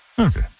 Okay